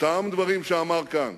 אותם דברים שאמר כאן.